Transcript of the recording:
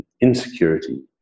insecurity